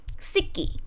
sicky